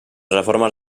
reformes